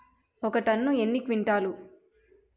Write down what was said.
ఒక టన్ను ఎన్ని క్వింటాల్లు?